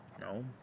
no